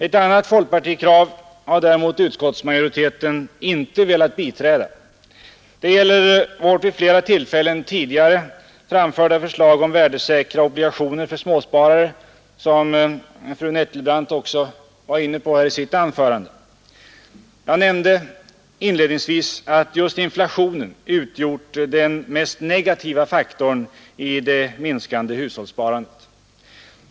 Ett annat folkpartikrav har däremot utskottsmajoriteten inte velat biträda. Det gäller vårt vid flera tillfällen tidigare framförda förslag om värdesäkra obligationer för småsparare, något som också fru Nettelbrandt var inne på i sitt anförande. Jag nämnde inledningsvis att just inflationen utgjort den mest negativa faktorn i det minskande hushållssparandet.